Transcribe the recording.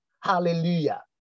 Hallelujah